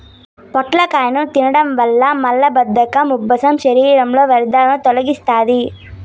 పొట్లకాయను తినడం వల్ల మలబద్ధకం, ఉబ్బసం, శరీరంలో వ్యర్థాలను తొలగిస్తాది